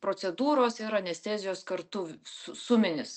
procedūros ir anestezijos kartu v su suminis